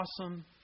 awesome